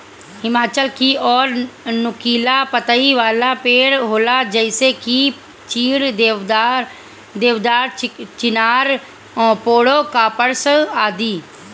हिमालय की ओर नुकीला पतइ वाला पेड़ होला जइसे की चीड़, देवदार, चिनार, पोड़ोकार्पस आदि